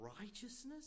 righteousness